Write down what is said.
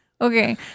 Okay